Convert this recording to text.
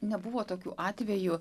nebuvo tokių atvejų